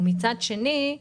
ומצד שני,